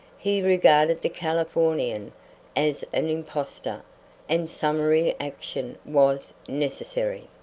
he regarded the californian as an impostor and summary action was necessary.